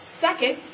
Second